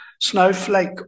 Snowflake